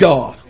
God